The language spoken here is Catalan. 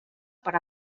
per